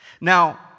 Now